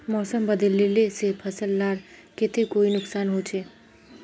मौसम बदलिले से फसल लार केते कोई नुकसान होचए?